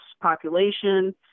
population